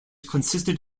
consisted